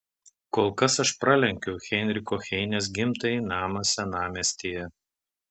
kol kas aš pralenkiu heinricho heinės gimtąjį namą senamiestyje